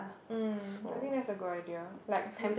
um I think that's a good idea like we